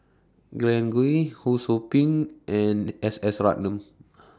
Glen Goei Ho SOU Ping and S S Ratnam